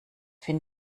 finde